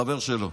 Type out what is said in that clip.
חבר שלו,